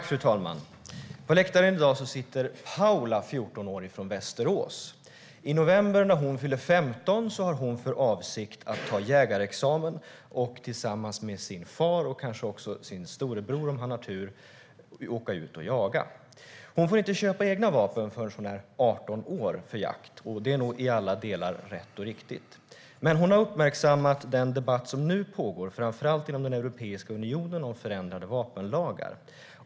Fru talman! På läktaren i dag sitter Paula, 14 år, från Västerås. I november när hon fyller 15 har hon för avsikt att ta jägarexamen och tillsammans med sin far och kanske också sin storebror, om han har tur, åka ut och jaga. Hon får inte köpa egna vapen för jakt förrän hon är 18 år, och det är nog i alla delar rätt och riktigt. Men hon har uppmärksammat den debatt som nu pågår framför allt inom Europeiska unionen om förändrade vapenlagar.